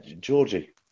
Georgie